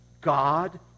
God